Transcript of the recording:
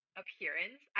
appearance